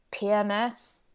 PMS